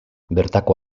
bertako